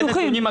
הרבה נתונים,